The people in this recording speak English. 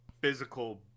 physical